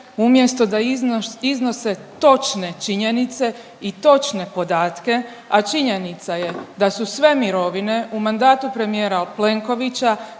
umjesto da iznose točne činjenice i točne podatke, a činjenica je da su sve mirovine u mandatu premijera Plenkovića